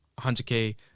100k